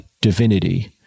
divinity